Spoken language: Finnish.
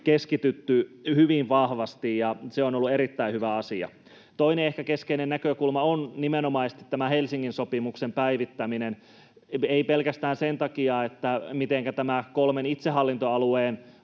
keskitytty hyvin vahvasti, ja se on ollut erittäin hyvä asia. Toinen keskeinen näkökulma on nimenomaisesti tämä Helsingin sopimuksen päivittäminen — ei pelkästään sen takia, mitenkä tämä kolmen itsehallintoalueen